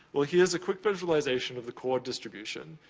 well, here's a quick visualization of the chord distribution.